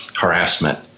harassment